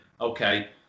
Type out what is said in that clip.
okay